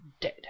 dead